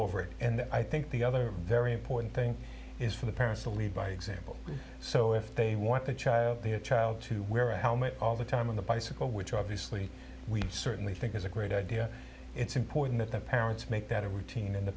over it and i think the other very important thing is for the parents to lead by example so if they want their child the child to wear a helmet all the time on the bicycle which obviously we certainly think is a great idea it's important that parents make that a routine in the